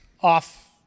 off